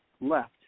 left